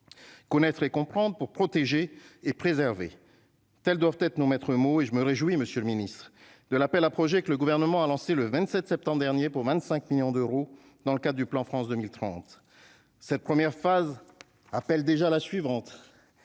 connaître et comprendre pour protéger et préserver telle doivent être nos maîtres mots et je me réjouis, monsieur le Ministre de l'appel à projets, que le gouvernement a lancé le 27 septembre dernier pour 25 millions d'euros dans le cadre du plan France 2030, cette première phase appelle déjà la suivante